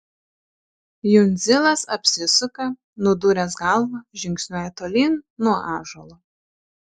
jundzilas apsisuka nudūręs galvą žingsniuoja tolyn nuo ąžuolo